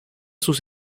sus